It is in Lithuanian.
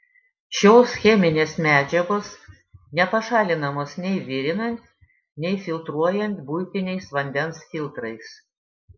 šios cheminės medžiagos nepašalinamos nei virinant nei filtruojant buitiniais vandens filtrais